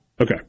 Okay